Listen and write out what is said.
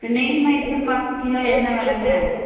இப்போ நெய் மைசூர்பாக்கு கிலோ என்ன விலைங்க